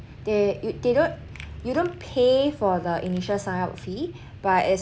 they they don't you don't pay for the initial sign up fee but it's